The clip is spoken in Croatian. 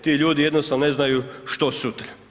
Ti ljudi jednostavno ne znaju, što sutra.